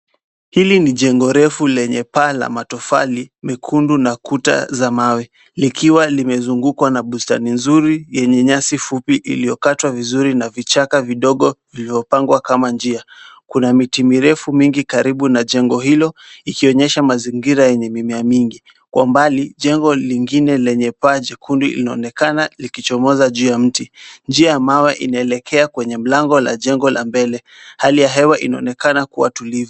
Hili ni jengo refu lenye paa la matofali mekundu na kuta za mawe likiwa limezungukwa na bustani nzuri yenye nyasi fupi iliyokatwa vizuri na vichaka vidogo viliopangwa kama njia. Kuna miti mirefu mingi karibu na jengo hilo ikionyesha mazingira yenye mimea mingi. Kwa mbali jengo lingine lenye jekundu linaonekana likichomoza juu ya mti. Njia ya mawe inaelekea kwenye mlango la jengo la mbele. Hali ya hewa inaonekana kuwa tulivu.